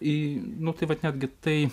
į nu tai vat netgi tai